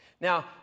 Now